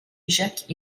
jacques